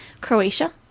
Croatia